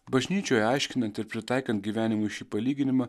bažnyčioje aiškinant ir pritaikant gyvenimui šį palyginimą